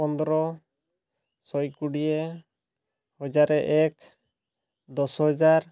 ପନ୍ଦର ଶହେ କୋଡ଼ିଏ ହଜାରେ ଏକ ଦଶ ହଜାର